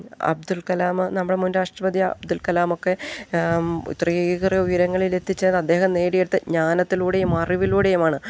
അബ്ദുൽ കലാം നമ്മുടെ മുൻ രാഷ്ട്രപതിയ അബ്ദുൽ കലാമൊക്കെ ഇത്രയേറെ ഉയരങ്ങളിലെത്തിച്ചത് അദ്ദേഹം നേടിയെടുത്ത ജ്ഞാനത്തിലൂടെയും അറിവിലൂടെയുമാണ്